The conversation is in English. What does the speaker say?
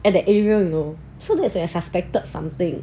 and the area you know so that's when I suspected something